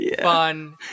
fun